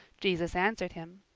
jesus answered him,